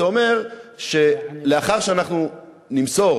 זה אומר שלאחר שאנחנו נמסור,